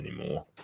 anymore